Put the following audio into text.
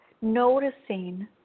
noticing